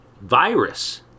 virus